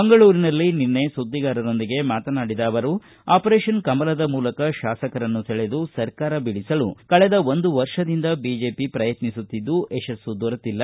ಮಂಗಳೂರಿನಲ್ಲಿ ನಿನ್ನೆ ಸುದ್ದಿಗಾರರೊಂದಿಗೆ ಮಾತನಾಡಿದ ಅವರು ಆಪರೇಶನ್ ಕಮಲದ ಮೂಲಕ ಶಾಸಕರನ್ನು ಸೆಳೆದು ಸರ್ಕಾರ ಬೀಳಿಸಲು ಕಳೆದ ಒಂದು ವರ್ಷದಿಂದ ಬಿಜೆಪಿ ಪ್ರಯತ್ನಿಸಿದ್ದು ಯಶಸ್ತು ದೊರೆತಿಲ್ಲ